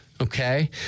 Okay